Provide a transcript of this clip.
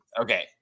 Okay